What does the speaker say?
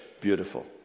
beautiful